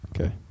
Okay